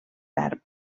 verb